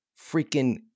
freaking